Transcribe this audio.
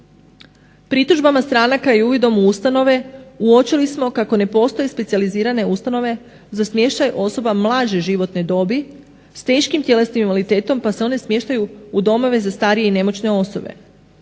Pritužbama stranaka i uvidom u ustanove uočili smo kako ne postoje specijalizirane ustanove za smještaj osoba mlađe životne dobi s teškim tjelesnim invaliditetom, pa se one smještaju u domove za starije i nemoćne osobe.